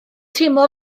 teimlo